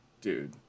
dude